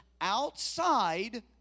outside